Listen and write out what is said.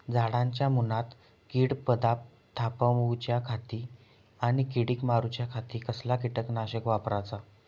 झाडांच्या मूनात कीड पडाप थामाउच्या खाती आणि किडीक मारूच्याखाती कसला किटकनाशक वापराचा?